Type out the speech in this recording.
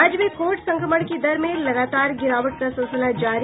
राज्य में कोविड संक्रमण की दर में लगातार गिरावट का सिलसिला जारी